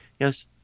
Yes